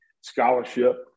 scholarship